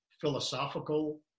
philosophical